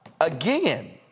again